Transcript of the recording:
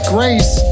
Grace